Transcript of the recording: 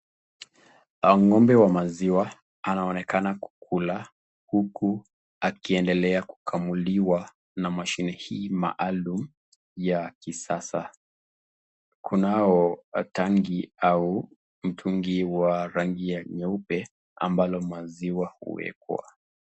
Ng'ombe wa maziwa anaonekana kukula uku akiendelea kukamuliwa na mashini hii maalum ya kisasa. Kunao tangi au mtungi wa rangi ya nyeupe ambalo maziwa huwekwa.